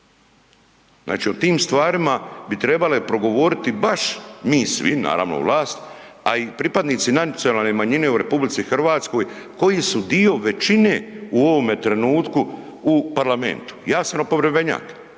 znači o tim stvarima bi trebale progovoriti baš mi svi naravno vlast, a i pripadnici nacionalne manjine u RH koji su dio većine u ovome trenutku u Parlamentu. Ja sam oporbenjak,